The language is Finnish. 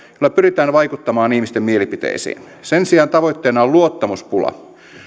jolla pyritään vaikuttamaan ihmisten mielipiteisiin sen sijaan tavoitteena on luottamuspula